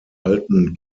alten